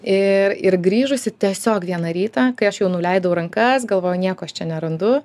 ir ir grįžusi tiesiog vieną rytą kai aš jau nuleidau rankas galvojau nieko aš čia nerandu